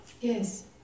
Yes